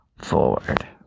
forward